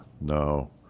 No